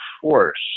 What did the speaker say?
force